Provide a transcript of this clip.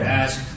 ask